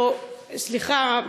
סליחה,